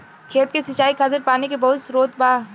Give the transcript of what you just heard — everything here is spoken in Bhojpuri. खेत के सिंचाई खातिर पानी के बहुत स्त्रोत बा